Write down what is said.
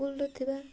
ସ୍କୁଲ୍ରେ ଥିବା